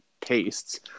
tastes